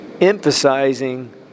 emphasizing